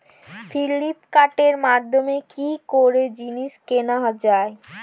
ফ্লিপকার্টের মাধ্যমে কি করে জিনিস কেনা যায়?